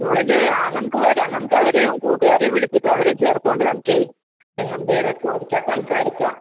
സ്കൂളിൽ ആ നമുക്ക് വരാം നമുക്കവരേം കൂട്ടുകാരേയും വിളിച്ചിട്ട് അവരേയും ചേർത്തുകൊണ്ട് നമുക്കെ എങ്ങും പിന്നെ ചോദിക്കാം സംസാരിക്കാം